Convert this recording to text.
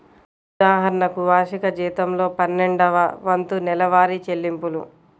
ఉదాహరణకు, వార్షిక జీతంలో పన్నెండవ వంతు నెలవారీ చెల్లింపులు